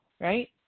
right